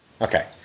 Okay